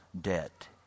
debt